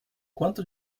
quanto